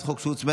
(תיקון,